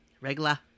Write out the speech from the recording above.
regular